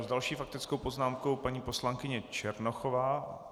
S další faktickou poznámkou paní poslankyně Černochová.